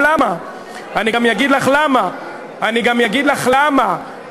גם ל"אם תרצו" וגם לעמותות השמאל.